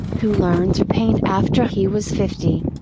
who learned to paint after he was fifty.